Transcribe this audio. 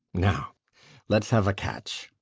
now let's have a catch.